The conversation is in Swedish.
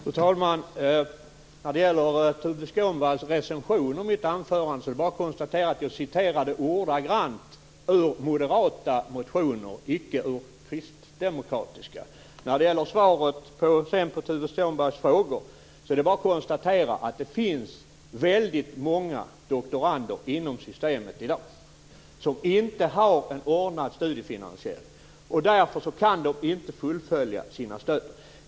Fru talman! När det gäller Tuve Skånbergs recension av mitt anförande är det bara att konstatera att jag citerade ordagrant ur moderata motioner - icke ur kristdemokratiska. Som svar på Tuve Skånbergs frågor konstaterar jag att det finns väldigt många doktorander inom systemet i dag som inte har en ordnad studiefinansiering. Därför kan de inte fullfölja sina studier.